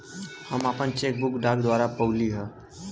हम आपन cheque book डाक द्वारा पउली है